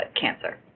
cancer